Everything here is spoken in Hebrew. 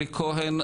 אלי כהן,